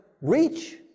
reach